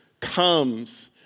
comes